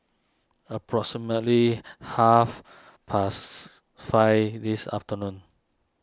approximately half pasts five this afternoon